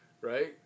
right